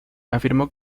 afirmó